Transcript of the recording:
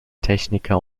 techniker